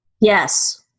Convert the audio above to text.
yes